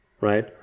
right